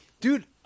Dude